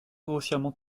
grossièrement